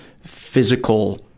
physical